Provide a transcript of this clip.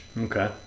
Okay